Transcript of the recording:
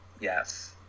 Yes